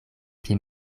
pli